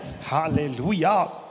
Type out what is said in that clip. Hallelujah